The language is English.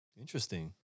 Interesting